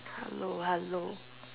hello hello